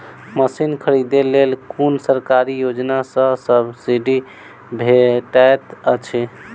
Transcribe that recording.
Machine खरीदे लेल कुन सरकारी योजना सऽ सब्सिडी भेटैत अछि?